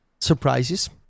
surprises